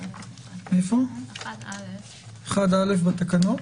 1 א' בתקנות?